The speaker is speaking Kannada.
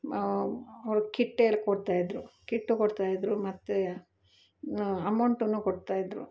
ಅವಳಿಗ್ ಕಿಟ್ಟೆಲ್ಲ ಕೊಡ್ತಾ ಇದ್ರು ಕಿಟ್ಟು ಕೊಡ್ತಾ ಇದ್ರು ಮತ್ತು ಅಮೌಂಟ್ನು ಕೊಡ್ತಾ ಇದ್ರು